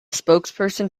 spokesperson